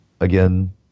again